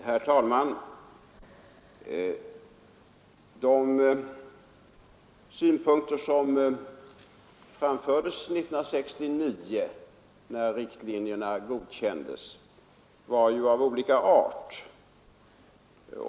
Herr talman! De synpunkter som framfördes 1969, när riktlinjerna godkändes, var ju av olika art.